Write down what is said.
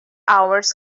hours